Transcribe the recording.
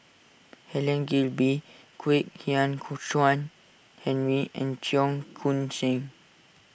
Helen Gilbey Kwek Hian Ku Chuan Henry and Cheong Koon Seng